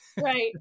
Right